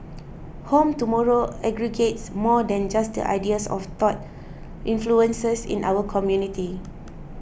Home Tomorrow aggregates more than just the ideas of thought influences in our community